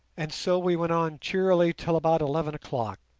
and so we went on cheerily till about eleven o'clock.